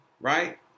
right